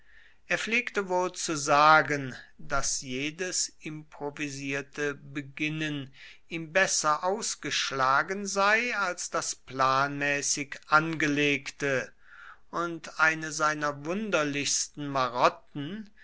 er pflegte wohl zu sagen daß jedes improvisierte beginnen ihm besser ausgeschlagen sei als das planmäßig angelegte und eine seiner wunderlichsten marotten